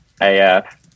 AF